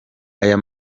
aya